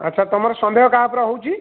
ଆଚ୍ଛା ତୁମର ସନ୍ଦେହ କାହା ଉପରେ ହେଉଛି